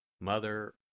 Mother